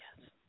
Yes